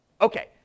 Okay